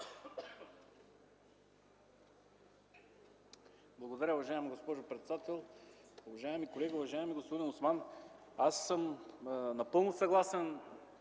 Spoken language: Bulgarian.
Благодаря, уважаема госпожо председател! Уважаеми колеги! Уважаеми господин Осман, напълно съм съгласен